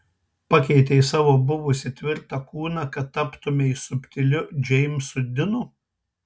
pakeitei savo buvusį tvirtą kūną kad taptumei subtiliu džeimsu dinu